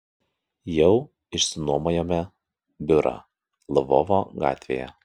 jau išsinuomojome biurą lvovo gatvėje